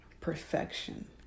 perfection